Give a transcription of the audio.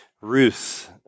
Ruth